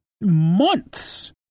months